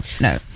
no